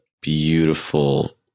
beautiful